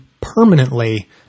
permanently